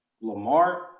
Lamar